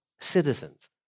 citizens